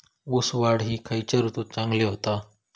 ऊस वाढ ही खयच्या ऋतूत चांगली होता?